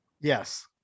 Yes